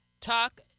Talk